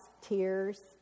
tears